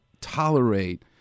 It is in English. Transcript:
tolerate